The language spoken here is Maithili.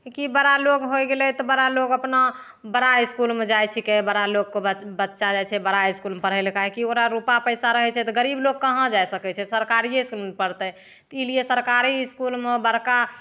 कि बड़ा लोक होइ गेलै तऽ बड़ा लोक अपना बड़ा इसकुलमे जाइ छिकै बड़ा लोकके बच्चा जाइ छै बड़ा इसकुलमे पढ़ै लिखै कि ओकरा रुपा पइसा रहै छै तऽ गरीब लोक कहाँ जाइ सकै छै सरकारिएसे ने पढ़तै तऽ ई लिए सरकारी इसकुलमे बड़का